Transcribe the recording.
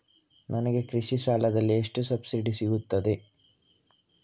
ನನಗೆ ಕೃಷಿ ಸಾಲದಲ್ಲಿ ಎಷ್ಟು ಸಬ್ಸಿಡಿ ಸೀಗುತ್ತದೆ?